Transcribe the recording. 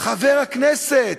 חבר הכנסת,